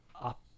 up